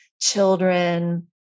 children